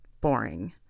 boring